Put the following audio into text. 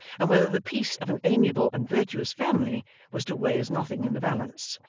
and whether the peace of an amiable and virtuous family was to weigh as nothing in the balance.